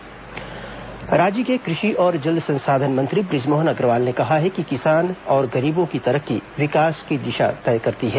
नाबार्ड स्थापना दिवस राज्य के कृषि और जल संसाधन मंत्री बृजमोहन अग्रवाल ने कहा है कि किसान और गरीबों की तरक्की विकास की दिशा तय करती है